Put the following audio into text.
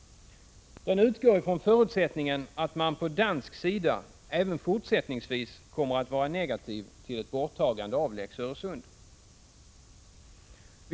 Den utgår ifrån förutsättningen att man på dansk sida även fortsättningsvis kommer att vara negativ till ett borttagande av Lex Öresund.